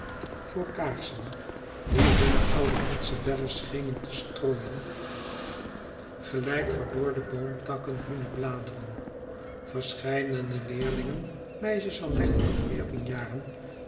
voor kaarsen die hunne ouderwetsche bellen schenen te strooien gelijk verdorde boomtakken hunne bladeren verscheidene leerlingen meisjes van dertien of veertien jaren